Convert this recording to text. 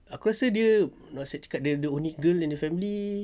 aku rasa dia masih cakap the the only girl in the family